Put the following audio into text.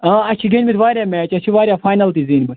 ٲں اسہِ چھِ گنٛدمِتۍ وارِیاہ میچ اسہِ چھِ وارِیاہ فاینَل تہِ زیٖنمٕتۍ